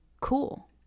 cool